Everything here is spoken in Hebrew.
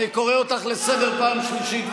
אני קורא אותך לסדר בפעם השלישית.